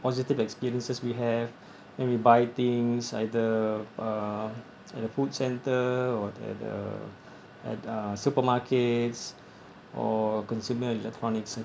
positive experiences we have when we buy things either uh at the food centre or at uh at uh supermarkets or consumer electronics